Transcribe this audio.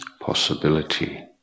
possibility